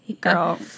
girl